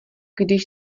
když